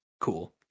cool